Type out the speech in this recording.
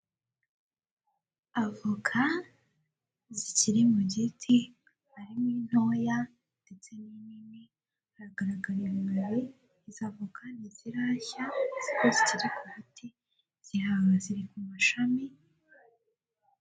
Avoka zikiri mu giti, harimo intoya ndetse n'imini, haragaragara ibibabi, izo avoka ntizirashya kuko zikiri ku biti, ziri ku mashami.